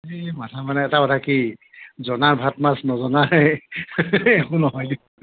এই মাথা মানে এটা কথা কি জনাৰ ভাত মাছ নজনাৰ সেই একো নহয় দিয়ক